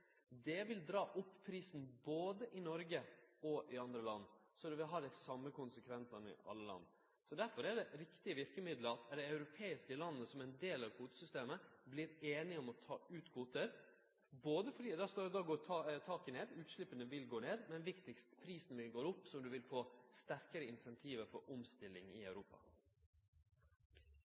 Det vil dra opp prisen både i Noreg og i andre land, så det vil ha dei same konsekvensane i alle land. Difor er det er eit riktig verkemiddel at dei europeiske landa – som ein del av kvotesystemet – vert einige om å ta ut kvoter, både fordi taket då vil gå ned, utsleppa vil gå ned, men viktigast er at prisen vil gå opp, slik at ein vil få sterkare insentiv for omstilling i Europa.